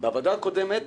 בוועדה הקודמת